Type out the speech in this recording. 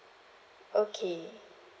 okay